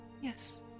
Yes